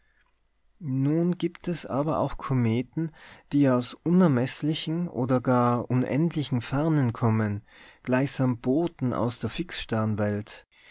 nun gibt es aber auch kometen die aus unermeßlichen oder gar unendlichen fernen kommen gleichsam boten aus der fixsternwelt